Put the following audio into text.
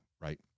right